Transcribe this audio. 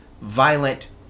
violent